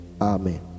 Amen